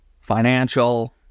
Financial